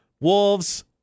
Wolves